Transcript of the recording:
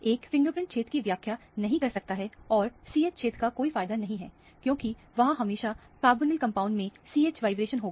एक फिंगरप्रिंट क्षेत्र की व्याख्या नहीं कर सकता है और CH क्षेत्र का कोई फायदा नहीं है क्योंकि वहां हमेशा कार्बनिक कंपाउंड में CH वाइब्रेशन होगा